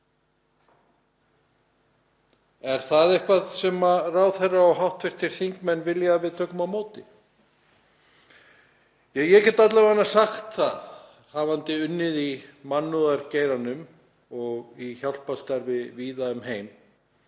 Er það fólk sem ráðherra og hv. þingmenn vilja að við tökum á móti? Ég get alla vega sagt það, hafandi unnið í mannúðargeiranum og í hjálparstarfi víða um heim